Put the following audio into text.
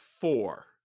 Four